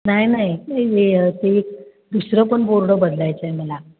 नाही नाही ते एक ते एक दुसरं पण बोर्ड बदलायचं आहे मला